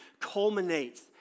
culminates